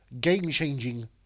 game-changing